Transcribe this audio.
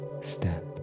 step